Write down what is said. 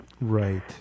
Right